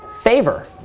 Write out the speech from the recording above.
favor